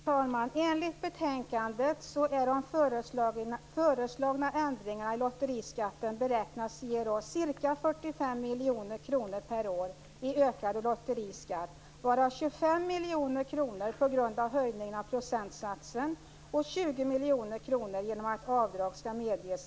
Fru talman! Enligt betänkandet beräknas de föreslagna ändringarna i lotteriskatten ge ca 45 miljoner kronor per år i ökad lotteriskatt varav 25 miljoner kronor på grund av höjningen av procentsatsen och